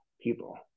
people